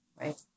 right